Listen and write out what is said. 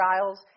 trials